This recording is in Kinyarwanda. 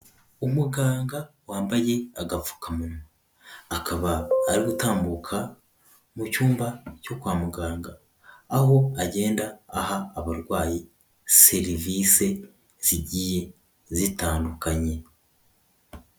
Umuganga wambaye agapfukamunwa, akaba ari gutambuka mu cyumba cyo kwa muganga, aho agenda aha abarwayi serivise zigiye zitandukanye.